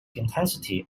intensity